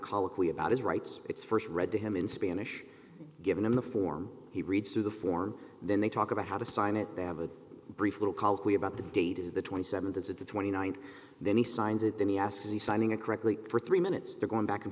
colloquy about his rights it's first read to him in spanish given in the form he reads through the form then they talk about how to sign it they have a brief little colloquy about the date is the twenty seventh is it the twenty ninth then he signs it then he asks if he's signing a correctly for three minutes they're going back and